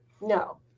no